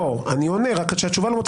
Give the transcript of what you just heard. אני עונה אלא שהתשובה לא מוצאת חן בעיניך.